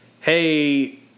Hey